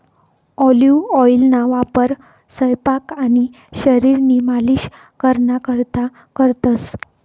olive ऑइलना वापर सयपाक आणि शरीरनी मालिश कराना करता करतंस